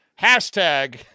Hashtag